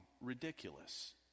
ridiculous